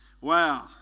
Wow